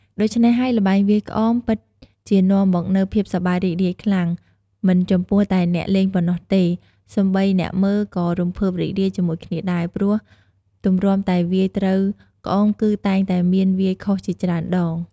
ដូច្នេះហើយ ល្បែងវាយក្អមពិតជានាំមកនូវភាពសប្បាយរីករាយខ្លាំង មិនចំពោះតែអ្នកលេងប៉ុណ្ណោះទេ សូម្បីអ្នកមើលក៏រំភើបរីករាយជាមួយគ្នាដែរ ព្រោះទម្រាំតែវាយត្រូវក្អមគឺ តែងតែមានវាយខុសជាច្រើនដង។